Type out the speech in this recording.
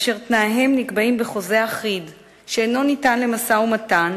אשר תנאיהן נקבעים בחוזה אחיד שאינו ניתן למשא-ומתן,